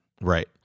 Right